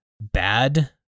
bad